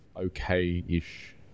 okay-ish